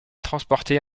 transportait